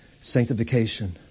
sanctification